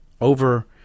over